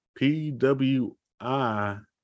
PWI